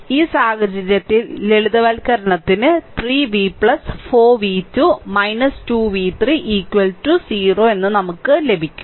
അതിനാൽ ഈ സാഹചര്യത്തിൽ ലളിതവൽക്കരണത്തിന് 3 v 4 v2 2 v3 0 ലഭിക്കും